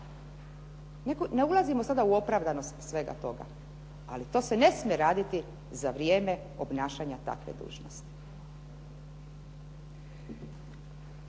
Ne ulazimo sada u opravdanost svega toga, ali to se ne smije raditi za vrijeme obnašanja takve dužnosti.